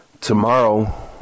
Tomorrow